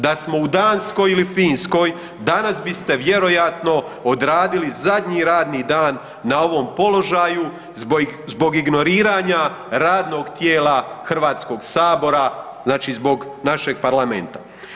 Da samo u Danskoj ili Finskoj, danas biste vjerojatno odradili zadnji radni dan na ovom položaju zbog ignoriranja radnog tijela Hrvatskog sabora, znači zbog našeg parlamenta.